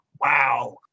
Wow